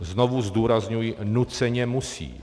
Znovu zdůrazňuji nuceně musí.